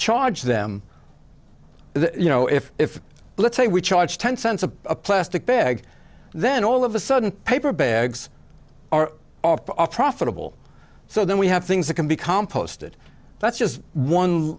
charge them and you know if if let's say we charge ten cents a plastic bag then all of a sudden paper bags are off the off profitable so then we have things that can be composted that's just one